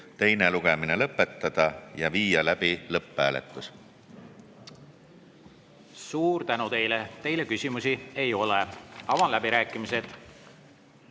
teine lugemine lõpetada ja viia läbi lõpphääletus. Suur tänu! Teile küsimusi ei ole. Avan läbirääkimised.